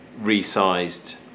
resized